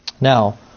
Now